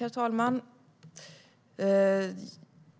Herr talman!